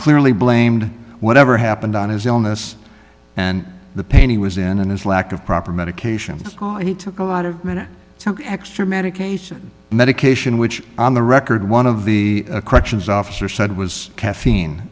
clearly blamed whatever happened on his illness and the pain he was in and his lack of proper medication he took a lot of men took extra medication medication which on the record one of the corrections officer said was caffeine